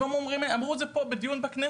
הם גם אמרו את זה פה, בדיון בכנסת,